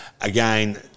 again